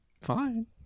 Fine